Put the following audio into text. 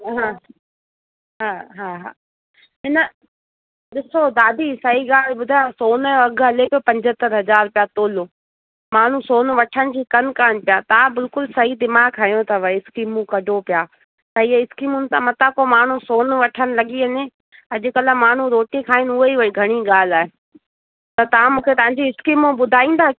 हा हा हा हा इन ॾिसो दादी सही ॻाल्हि ॿुधायां सोन जो अघि हले पियो पंजहतरि हज़ार रुपिया तोलो माण्हू सोन वठण जी कनि कोन्ह पिया था बिल्कुलु सई दीमाग़ु हयो अथव स्कीमू कढो पिया त ईअं स्कीमुनि था मथा को माण्हू सोन वठन लॻी वञे अॼुकल्ह माण्हू रोटी खाइनि उहेई घणी ॻाल्हि आहे त तव्हां मूंखे तव्हांजी स्कीमू ॿुधाईंदा